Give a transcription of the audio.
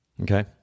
Okay